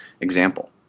example